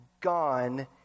gone